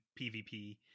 PvP